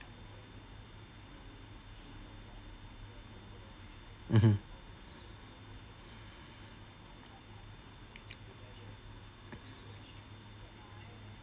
mmhmm